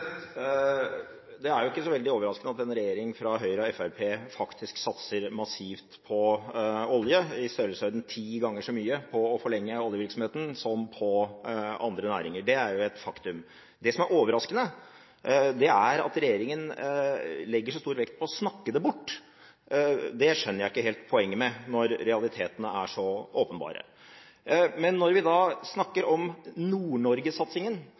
Det er jo ikke så veldig overraskende at en regjering fra Høyre og Fremskrittspartiet faktisk satser massivt på olje – i størrelsesorden ti ganger så mye på å forlenge oljevirksomheten som på andre næringer. Det er et faktum. Det som er overraskende, er at regjeringen legger så stor vekt på å snakke det bort. Det skjønner jeg ikke helt poenget med når realitetene er så åpenbare. Når vi snakker om